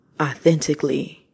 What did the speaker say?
authentically